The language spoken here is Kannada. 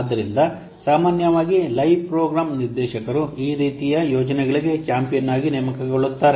ಆದ್ದರಿಂದ ಸಾಮಾನ್ಯವಾಗಿ ಲೈವ್ ಪ್ರೋಗ್ರಾಂ ನಿರ್ದೇಶಕರು ಈ ರೀತಿಯ ಯೋಜನೆಗಳಿಗೆ ಚಾಂಪಿಯನ್ ಆಗಿ ನೇಮಕಗೊಳ್ಳುತ್ತಾರೆ